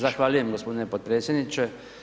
Zahvaljujem gospodine potpredsjedniče.